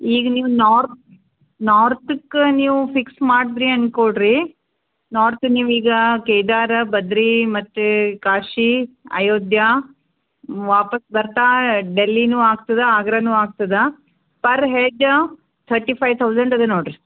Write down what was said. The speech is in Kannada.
ಈಗ ನೀವು ನಾರ್ ನಾರ್ತಕ್ಕೆ ನೀವು ಫಿಕ್ಸ್ ಮಾಡಿದ್ರಿ ಅಂದ್ಕೊಳ್ರಿ ನಾರ್ತ್ ನೀವು ಈಗ ಕೇದಾರ ಬದರೀ ಮತ್ತು ಕಾಶಿ ಅಯೋಧ್ಯೆ ವಾಪಸ್ಸು ಬರ್ತಾ ಡೆಲ್ಲಿಯೂ ಆಗ್ತದೆ ಆಗ್ರಾನು ಆಗ್ತದೆ per head thirty five thousand ಅದೇ ನೋಡಿರಿ